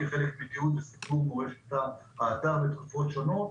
כחלק מתיעוד וסיפור מורשת האתר בתקופות שונות.